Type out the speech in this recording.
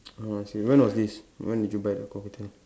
ah I see when was this when did you buy the cockatoo